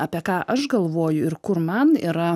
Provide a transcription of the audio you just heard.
apie ką aš galvoju ir kur man yra